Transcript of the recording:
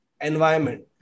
environment